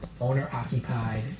owner-occupied